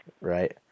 Right